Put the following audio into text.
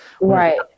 right